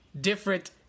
different